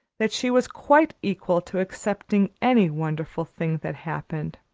that she was quite equal to accepting any wonderful thing that happened.